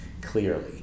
clearly